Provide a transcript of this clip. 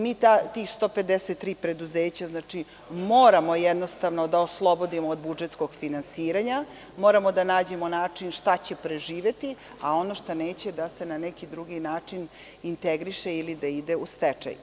Mi tih 153 preduzeća moramo da oslobodimo od budžetskog finansiranja, moramo da nađemo način šta će preživeti, a ono što neće da se na neki drugi način integriše ili da ide u stečaj.